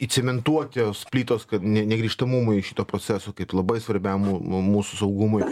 įcementuot juos plytos kad ne negrįžtamumo į šitą procesą kaip labai svarbiam m mūsų saugumui